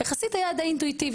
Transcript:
יחסית היה דיי אינטואיטיבי.